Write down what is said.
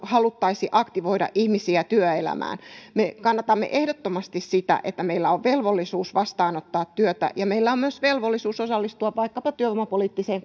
haluttaisi aktivoida ihmisiä työelämään me kannatamme ehdottomasti sitä että meillä on velvollisuus vastaanottaa työtä ja meillä on myös velvollisuus osallistua vaikkapa työvoimapoliittiseen